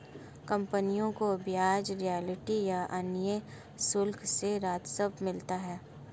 कंपनियों को ब्याज, रॉयल्टी या अन्य शुल्क से राजस्व मिलता है